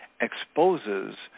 exposes